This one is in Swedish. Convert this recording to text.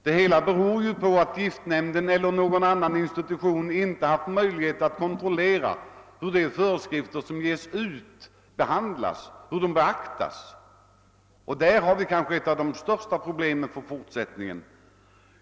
Det hela beror ju på att giftnämnden eller någon annan instans inte haft möjlighet att kontrollera hur de utfärdade föreskrifterna beaktas. Där finns kanske ett av de största problemen i fortsättningen.